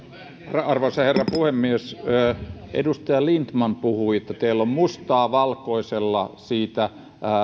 arvoisa herra puhemies edustaja lindtman puhui että on mustaa valkoisella siitä